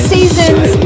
Seasons